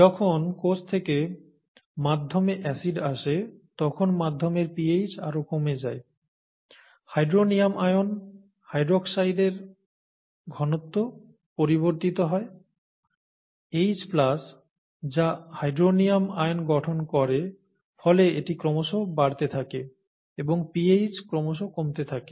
যখন কোষ থেকে মাধ্যমে অ্যাসিড আসে তখন মাধ্যমের pH আরো কমে যায় হাইড্রোনিয়াম আয়ন হাইড্রোক্সাইডের ঘনত্ব পরিবর্তিত হয় H যা হাইড্রোনিয়াম আয়ন গঠন করে ফলে এটি ক্রমশ বাড়তে থাকে এবং pH ক্রমশ কমতে থাকে